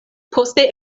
poste